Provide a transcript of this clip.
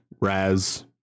Raz